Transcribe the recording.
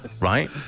right